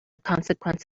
consequence